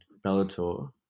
Bellator